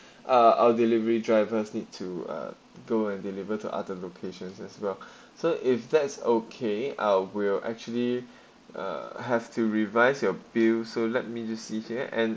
uh delivery drivers need to uh go and deliver to other locations as well so if that's okay I will actually have to revise your bill so let me just see here and